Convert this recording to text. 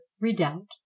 redoubt